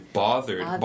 bothered